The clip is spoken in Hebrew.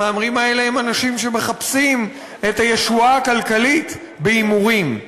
המהמרים האלה הם אנשים שמחפשים את הישועה הכלכלית בהימורים.